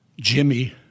Jimmy